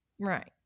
Right